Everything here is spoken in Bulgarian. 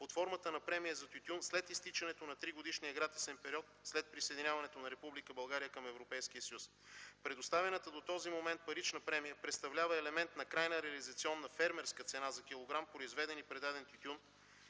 под формата на премия за тютюн след изтичането на 3-годишния гратисен период след присъединяването на Република България към Европейския съюз. Предоставената до този момент парична премия представлява елемент на крайна реализационна, фермерска цена за килограм произведен и предаден тютюн